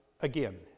again